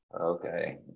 okay